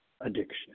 addiction